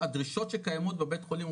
הדרישות שקיימות בבית חולים,